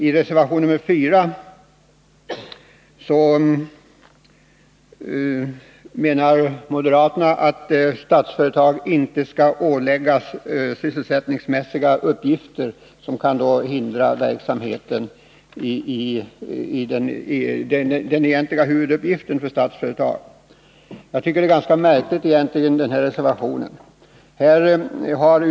I reservation 4 anför moderaterna att Statsföretag inte skall åläggas sysselsättningsmässiga uppgifter, som kan hindra den egentliga huvuduppgiften för Statsföretag. Jag tycker att den här reservationen är ganska märklig.